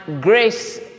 grace